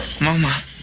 Mama